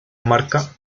marca